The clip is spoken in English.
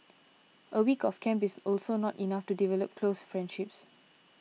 a week of camp is also not enough to develop close friendships